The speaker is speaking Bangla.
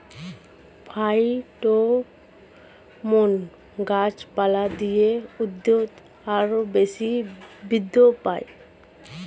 ফাইটোহরমোন গাছপালায় দিলে উদ্ভিদ আরও বেশি বৃদ্ধি পায়